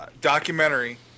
documentary